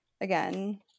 again